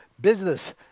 business